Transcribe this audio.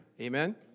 Amen